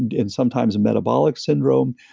and and sometimes metabolic syndrome,